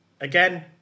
Again